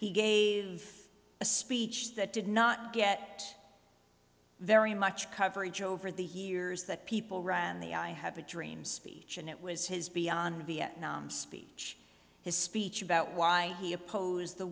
he gave a speech that did not get very much coverage over the years that people ran the i have a dream speech and it was his beyond vietnam speech his speech about why he opposed the